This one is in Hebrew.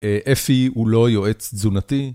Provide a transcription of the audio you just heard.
אפי הוא לא יועץ תזונתי?